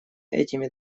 этими